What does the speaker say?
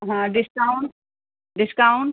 हाँ discount discount